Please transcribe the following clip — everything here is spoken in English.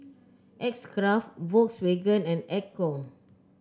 X Craft Volkswagen and Ecco